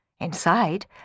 Inside